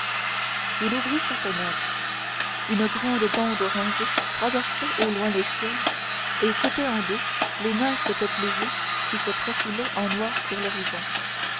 il ouvrit sa fenêtre une grande bande orangée traversait au loin le ciel et coupait en deux les minces peupliers qui se profilaient en noir sur l'horizon